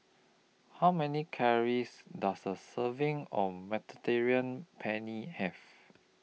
How Many Calories Does A Serving of Mediterranean Penne Have